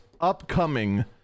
upcoming